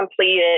completed